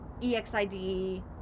EXID